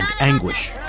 anguish